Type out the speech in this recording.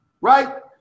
right